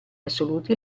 assoluti